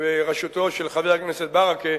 בראשותו של חבר הכנסת ברכה,